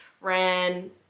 ran